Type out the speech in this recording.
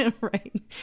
right